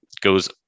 Goes